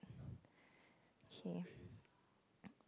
okay